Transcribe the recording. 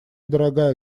дорогая